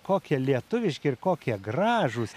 kokie lietuviški ir kokie gražūs